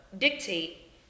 dictate